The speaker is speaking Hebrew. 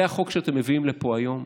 זה החוק שאתם מביאים לפה היום,